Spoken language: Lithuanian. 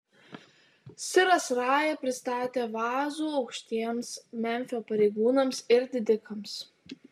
siras raja pristatė vazų aukštiems memfio pareigūnams ir didikams